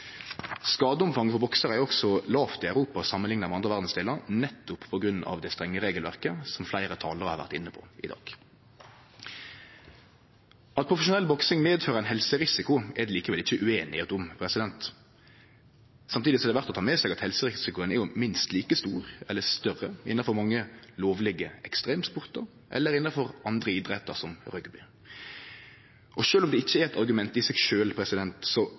Skadeomfanget for boksarar er også lavt i Europa, samanlikna med andre verdsdelar, nettopp på grunn av det strenge regelverket som fleire talarar har vore inne på i dag. At profesjonell boksing medfører ein helserisiko, er det likevel ikkje usemje om. Samtidig er det verdt å ta med seg at helserisikoen er minst like stor, eller større, innanfor mange lovlege ekstremsportar, eller innanfor andre idrettar, som rugby. Sjølv om det ikkje er eit argument i seg sjølv, så